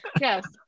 Yes